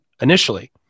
initially